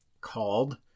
called